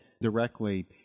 directly